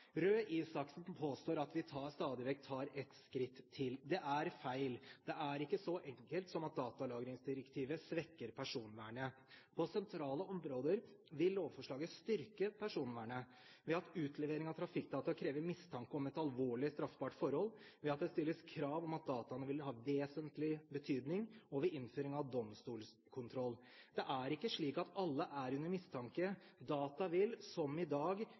Røe Isaksen påstår at vi stadig vekk tar et skritt til. Det er feil. Det er ikke så enkelt som at datalagringsdirektivet svekker personvernet. På sentrale områder vil lovforslaget styrke personvernet ved at utlevering av trafikkdata krever mistanke om et alvorlig, straffbart forhold, ved at det stilles krav om at dataene vil ha vesentlig betydning, og ved innføring av domstolskontroll. Det er ikke slik at alle er under mistanke. Data vil, som i dag,